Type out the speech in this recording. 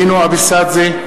נינו אבסדזה,